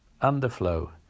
underflow